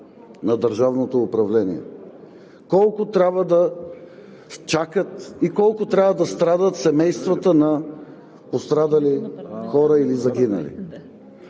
на държавното управление? Колко трябва да чакат и колко трябва да страдат семействата на пострадали или загинали